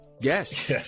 Yes